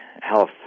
health